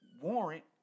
warrant